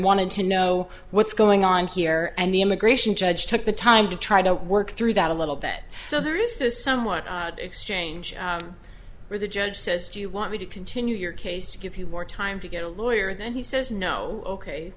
wanted to know what's going on here and the immigration judge took the time to try to work through that a little bit so there is this somewhat exchange where the judge says do you want me to continue your case to give you more time to get a lawyer then he says no ok